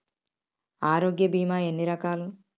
ఆరోగ్య బీమా ఎన్ని రకాలు?